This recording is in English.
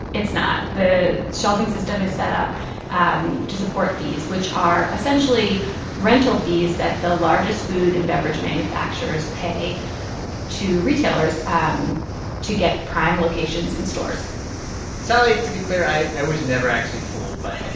it's not. the shelving system is set up um to support fees, which are essentially rental fees that the largest food and beverage manufacturers pay to retailers um to get prime locations in stores sally, to be clear, i i was never actually fooled by